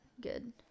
good